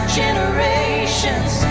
generations